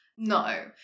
No